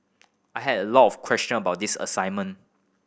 I had a lot of question about this assignment